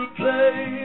play